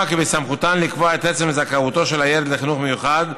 כי בסמכותם לקבוע את עצם זכאותו של הילד לחינוך מיוחד,